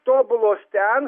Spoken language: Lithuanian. tobulos ten